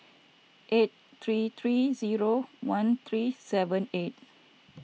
eight three three zero one three seven eight